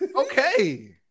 Okay